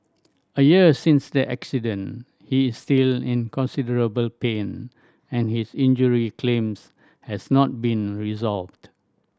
a year since the accident he is still in considerable pain and his injury claims has not been resolved